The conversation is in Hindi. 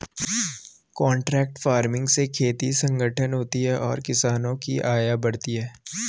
कॉन्ट्रैक्ट फार्मिंग से खेती संगठित होती है और किसानों की आय बढ़ती है